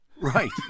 Right